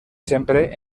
sempre